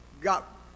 got